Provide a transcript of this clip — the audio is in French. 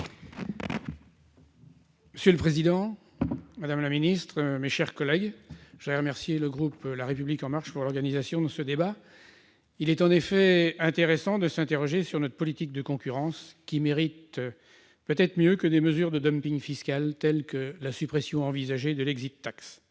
Monsieur le président, madame la secrétaire d'État, mes chers collègues, je remercie le groupe La République En Marche d'avoir proposé l'organisation de ce débat. Il est en effet intéressant de nous interroger sur notre politique de concurrence, qui mérite peut-être mieux que des mesures de fiscal, telles que la suppression envisagée de l'.